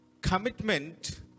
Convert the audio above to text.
Commitment